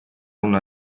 una